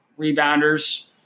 rebounders